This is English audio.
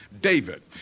David